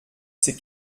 ces